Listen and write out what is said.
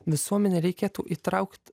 visuomenę reikėtų įtraukt